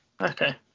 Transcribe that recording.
Okay